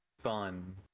fun